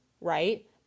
right